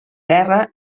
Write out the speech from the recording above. guerra